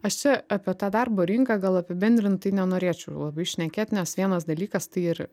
aš čia apie tą darbo rinką gal apibendrintai nenorėčiau labai šnekėt nes vienas dalykas tai ir